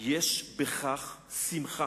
יש בכך שמחה.